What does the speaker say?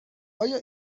آیا